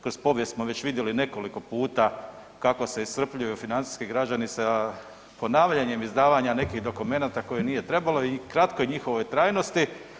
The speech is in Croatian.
Kroz povijest smo već vidjeli nekoliko puta kako se iscrpljuju financijski građani sa ponavljanjem izdavanja nekih dokumenata koje nije trebalo i kratkoj njihovoj trajnosti.